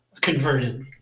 converted